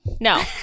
No